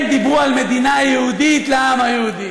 הם דיברו על מדינה יהודית לעם היהודי.